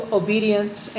obedience